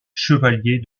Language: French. chevalier